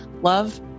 love